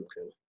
Okay